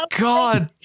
god